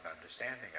understanding